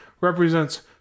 Represents